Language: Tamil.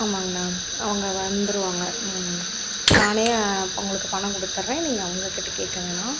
ஆமாங்கண்ணா அவங்க வந்துடுவாங்க ம் நானே உங்களுக்கு பணம் கொடுத்தர்றேன் நீங்கள் அவங்ககிட்ட கேட்க வேணாம்